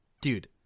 dude